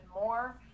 more